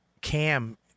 Cam